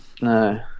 No